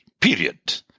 period